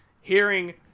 hearing